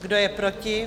Kdo je proti?